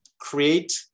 create